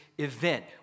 event